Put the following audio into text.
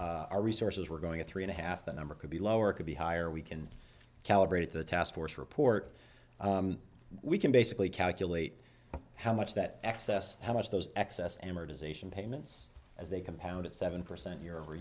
our resources were going at three and a half the number could be lower could be higher we can calibrate the task force report we can basically calculate how much that excess how much those excess amortization payments as they compound at seven percent year over